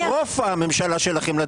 הבאתם לדיור קטסטרופה, הממשלה שלכם.